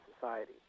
Society